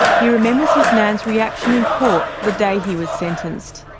he remembers his nan's reaction in court the day he was sentenced.